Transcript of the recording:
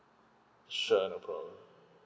sure no problem